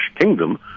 kingdom